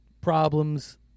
problems